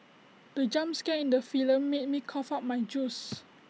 the jump scare in the film made me cough out my juice